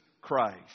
Christ